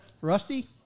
Rusty